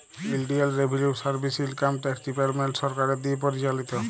ইলডিয়াল revenue service income tax department সরকারের দিঁয়ে পরিচালিত